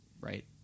right